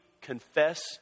confess